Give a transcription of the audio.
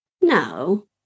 No